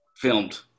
Filmed